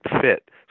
fit